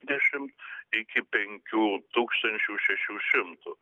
dvidešimt iki penkių tūkstančių šešių šimtų